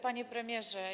Panie Premierze!